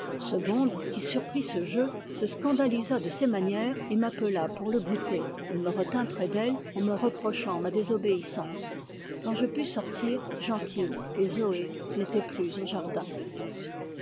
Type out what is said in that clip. segonde qui surprit ce jeu se scandalisa de ces manières et m'appela pour le goûter elle me retint près d'elle en me reprochant ma désobéissance quand je pus sortir gentil et zoé n'étaient plus au jardin